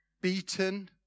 beaten